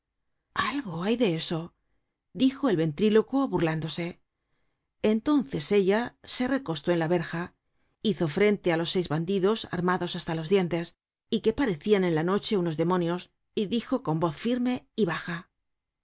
algo hay de eso dijo el ventrilocuo burlándose entonces ella se recostó en la verja hizo frente á los seis bandidos armados hasta los dientes y que parecian en la noche unos demonios y dijo con voz firme y baja